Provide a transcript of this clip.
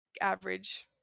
average